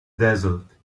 dazzled